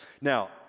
Now